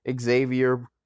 Xavier